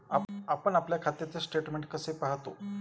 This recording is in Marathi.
आपण आपल्या खात्याचे स्टेटमेंट कसे पाहतो?